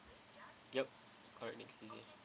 yup correct next tuesday